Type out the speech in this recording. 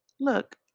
Look